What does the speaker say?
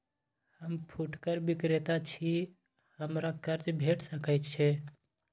हम फुटकर विक्रेता छी, हमरा कर्ज भेट सकै ये?